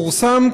פורסם,